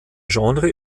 genre